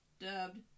dubbed